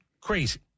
crazy